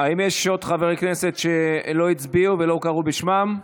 האם יש חברי כנסת שלא הצביעו ולא קראו בשמם?